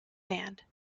band